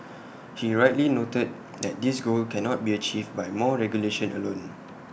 he rightly noted that this goal cannot be achieved by more regulation alone